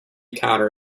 counter